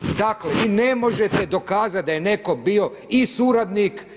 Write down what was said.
Dakle, vi ne možete dokazati da je netko bio i suradnik.